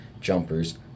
jumpers